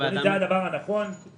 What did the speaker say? זה הדבר הנכון לעשות מקצועית.